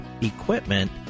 equipment